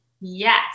yes